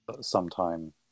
sometime